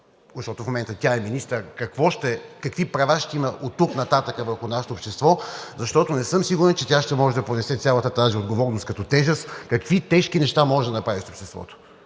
защото в момента тя е министър, какви права ще има оттук нататък върху нашето общество, защото не съм сигурен, че тя ще може да понесе цялата тази отговорност като тежест – какви тежки неща може да направиш с обществото.